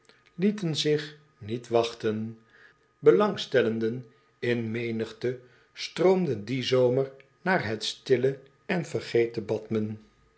lieten zich niet wachten belangstellenden in menigte stroomden dien zomer naar het stille en vergeten